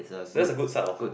that's a good start of